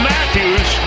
Matthews